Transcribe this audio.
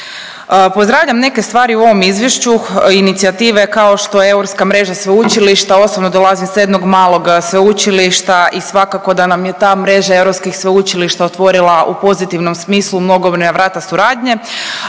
Pozdravljam neke stvari u ovom izvješću, inicijative kao što je Europska mreža sveučilišta. Osobno dolazim sa jednog malog sveučilišta i svakako da nam je ta mreža europskih sveučilišta otvorila u pozitivnom smislu mnogobrojna vrata suradnje.